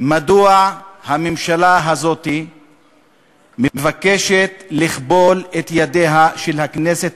מדוע הממשלה הזאת מבקשת לכבול את ידיה של הכנסת